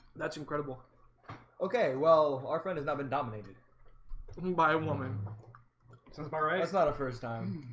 that's incredible okay, well our friend is not been dominated by a woman since alright. it's not a first time